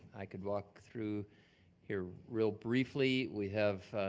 i could walk through here real briefly. we have,